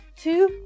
two